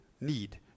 need